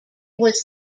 was